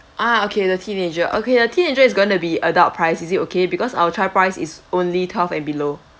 ah okay the teenager okay the teenager is gonna be adult price is it okay because our child price is only twelve and below